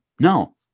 No